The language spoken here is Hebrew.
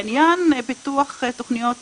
עניין פיתוח תכניות מותאמות,